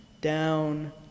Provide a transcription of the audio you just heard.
Down